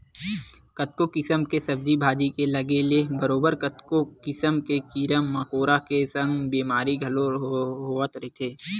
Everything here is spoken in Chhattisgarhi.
कतको किसम के सब्जी भाजी के लगे ले बरोबर कतको किसम के कीरा मकोरा के संग बेमारी घलो होवत रहिथे